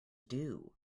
due